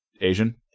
Asian